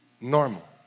normal